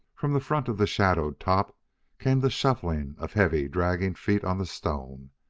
from the front of the shadowed top came the shuffling of heavy, dragging feet on the stone.